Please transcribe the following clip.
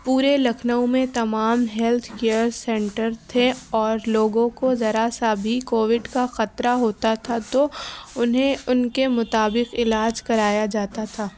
پورے لکھنؤ میں تمام ہیلتھ کیئر سینٹر تھے اور لوگوں کو ذرا سا بھی کووڈ کا خطرہ ہوتا تھا تو انہیں ان کے مطابق علاج کرایا جاتا تھا